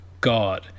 God